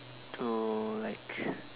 to like